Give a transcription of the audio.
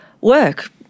work